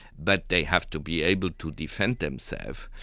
but they have to be able to defend themselves,